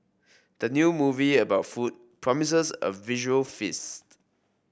the new movie about food promises a visual feast